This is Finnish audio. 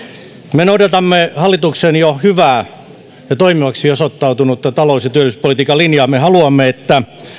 me noudatamme hallituksen jo hyvää ja toimivaksi osoittautunutta talous ja työllisyyspolitiikan linjaa me haluamme että